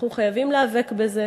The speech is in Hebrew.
אנחנו חייבים להיאבק בזה.